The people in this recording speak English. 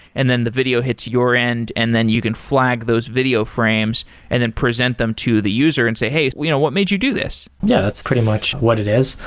and then the video hits your end and then you can flag those video frames and then present them to the user and say, hey, you know what made you do this? yeah, that's pretty much what it is.